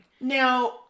Now